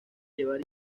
llevar